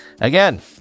Again